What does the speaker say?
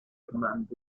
commands